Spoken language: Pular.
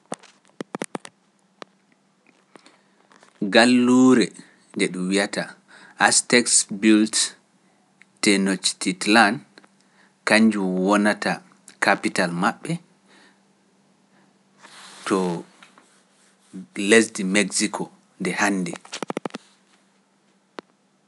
Galluure nde ɗum wi’ata Astex built Tenochtitlan, kañnjo wonata kapital maɓɓe to lesdi Meksiko nde hannde.